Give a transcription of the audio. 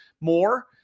more